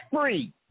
free